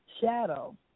Shadow